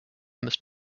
must